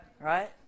Right